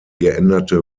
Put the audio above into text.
geänderte